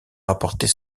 rapporter